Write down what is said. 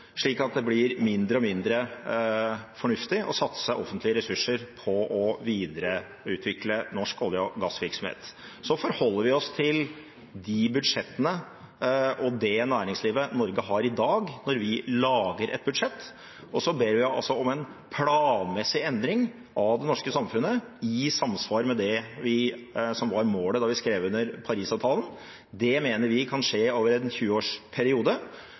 slik at det blir mindre og mindre fornuftig å satse offentlige ressurser på å videreutvikle norsk olje- og gassvirksomhet. Vi forholder oss til de budsjettene og det næringslivet Norge har i dag, når vi lager et budsjett. Så ber vi om en planmessig endring av det norske samfunnet, i samsvar med det som var målet da vi skrev under på Paris-avtalen. Det mener vi kan skje allerede i løpet av en